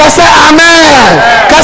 Amen